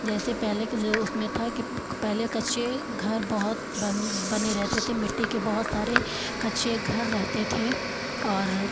जैसे पहले क ज़ उसमें था कि पहले कच्चे घर बहुत बन बने रहते थे मिट्टी के बहुत सारे कच्चे घर रहते थे और